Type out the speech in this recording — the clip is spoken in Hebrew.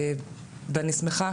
אני שמחה,